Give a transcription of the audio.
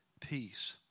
peace